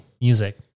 music